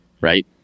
Right